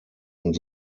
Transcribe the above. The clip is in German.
und